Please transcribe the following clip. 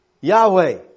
Yahweh